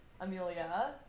Amelia